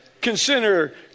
Consider